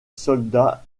soldats